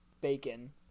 bacon